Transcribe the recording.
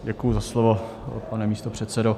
Děkuji za slovo, pane místopředsedo.